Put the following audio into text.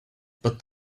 but